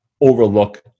overlook